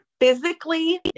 physically